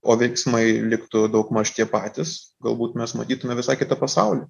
o veiksmai liktų daugmaž tie patys galbūt mes matytume visai kitą pasaulį